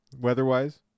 weather-wise